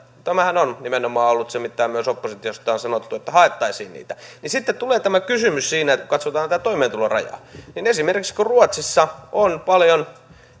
tämähän on nimenomaan ollut se mitä myös oppositiosta on sanottu että haettaisiin niitä sitten tulee tämä kysymys kun katsotaan tätä toimeentulorajaa että esimerkiksi ruotsissa on paljon